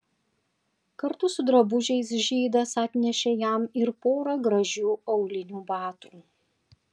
kartu su drabužiais žydas atnešė jam ir porą gražių aulinių batų